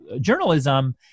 journalism